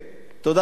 תודה רבה, אדוני.